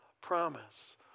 promise